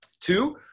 two